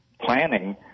planning